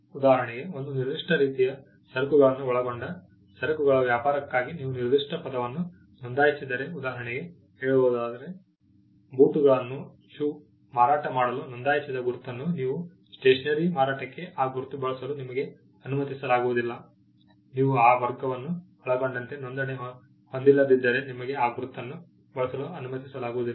ಉದಾಹರಣೆಗೆ ಒಂದು ನಿರ್ದಿಷ್ಟ ರೀತಿಯ ಸರಕುಗಳನ್ನು ಒಳಗೊಂಡ ಸರಕುಗಳ ವ್ಯಾಪಾರಕ್ಕಾಗಿ ನೀವು ನಿರ್ದಿಷ್ಟ ಪದವನ್ನು ನೋಂದಾಯಿಸಿದ್ದರೆ ಉದಾರಣೆಗೆ ಹೇಳುವುದಾದರೆ ಬೂಟುಗಳನ್ನು ಮಾರಾಟ ಮಾಡಲು ನೊಂದಾಯಿಸಿದ ಗುರುತನ್ನು ನೀವು ಸ್ಟೇಷನರಿ ಮಾರಾಟಕ್ಕೆ ಆ ಗುರುತು ಬಳಸಲು ನಿಮಗೆ ಅನುಮತಿಸಲಾಗುವುದಿಲ್ಲ ನೀವು ಆ ವರ್ಗವನ್ನು ಒಳಗೊಂಡಂತೆ ನೋಂದಣಿ ಹೊಂದಿಲ್ಲದಿದ್ದರೆ ನಿಮಗೆ ಆ ಗುರುತನ್ನು ಬಳಸಲು ಅನುಮತಿಸಲಾಗುವುದಿಲ್ಲ